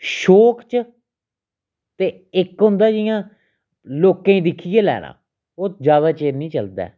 शौक च ते इक होंदा जियां लोकें ई दिक्खियै लैना ओह् ज्यादा चिर नी चलदा ऐ